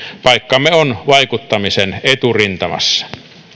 paikkamme on vaikuttamisen eturintamassa